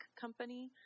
company